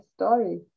story